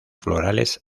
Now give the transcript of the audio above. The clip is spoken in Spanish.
florales